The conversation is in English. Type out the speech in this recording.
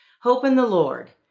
hope in the lord.